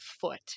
foot